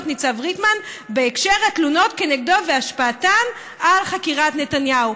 מצד ריטמן בהקשר של התלונות כנגדו והשפעתן על חקירת נתניהו.